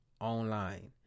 online